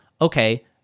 okay